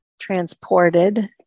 transported